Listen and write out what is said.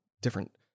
different